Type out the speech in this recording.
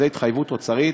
זו התחייבות אוצרית